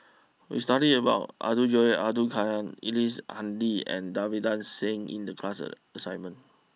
we studied about Abdul Jalil Abdul Kadir Ellice Handy and Davinder Singh in the class a assignment